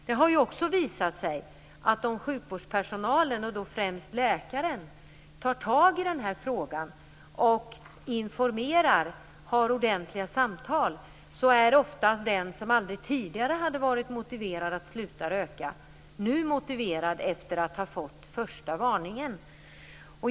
Det har visat sig att när sjukvårdspersonalen, främst läkaren, tar itu med frågan, informerar och har ordentliga samtal har oftast den som aldrig tidigare varit motiverad att sluta röka blivit motiverad efter det att man fått den första varningen.